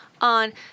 on